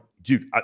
Dude